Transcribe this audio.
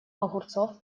огурцов